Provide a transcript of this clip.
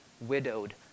widowed